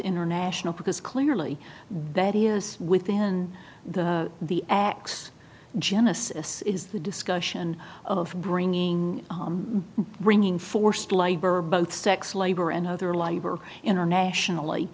international because clearly that is within the next genesis is the discussion of bringing bringing forced labor both sex labor and other law you were internationally